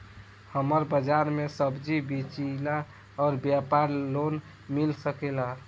हमर बाजार मे सब्जी बेचिला और व्यापार लोन मिल सकेला?